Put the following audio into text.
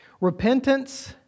Repentance